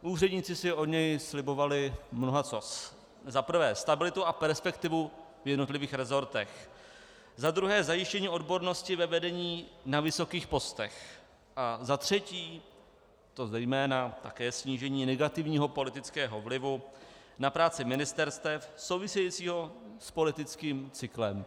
Úředníci si od něj slibovali mnoho: za prvé stabilitu a perspektivu v jednotlivých resortech, za druhé zajištění odbornosti ve vedení na vysokých postech a za třetí, to zejména, také snížení negativního politického vlivu na práci ministerstev souvisejícího s politickým cyklem.